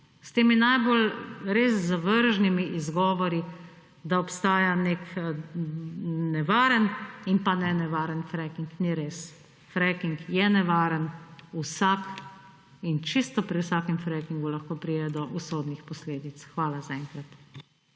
S temi najbolj res zavržnimi izgovori, da obstaja nek nevaren in pa nenevaren fracking. Ni res! Fracking je nevaren, vsak, in čisto pri vsakem frackingu lahko pride do usodnih posledic. Hvala zaenkrat.